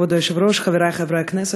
כבוד היושב-ראש, חברי חברי הכנסת,